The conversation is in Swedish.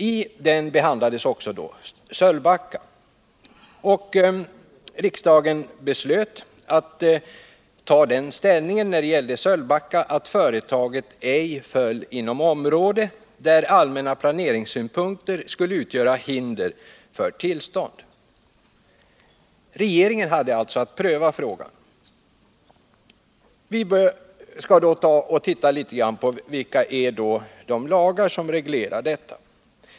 I den behandlades också Sölvbacka. Riksdagen beslöt att ta den ställningen när det gällde Sölvbacka att företaget ej föll inom område där allmänna planeringssynpunkter skulle utgöra hinder för tillstånd. Regeringen hade alltså att pröva frågan. Vi skall se vilka lagar som reglerar detta.